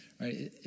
right